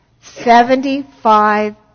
seventy-five